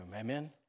Amen